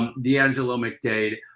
the angelo mcdade,